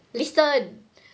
listen